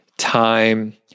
time